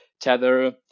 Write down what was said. Tether